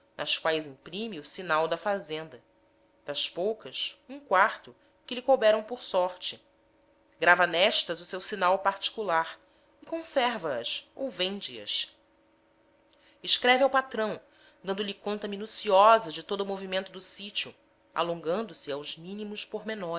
o sinal da fazenda das poucas um quarto que lhe couberam por sorte grava nestas o seu sinal particular e conserva as ou vende as escreve ao patrão dando-lhe conta minuciosa de todo o movimento do sítio alongando se aos mínimos